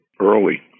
early